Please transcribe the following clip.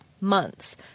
months